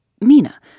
Mina